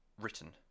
written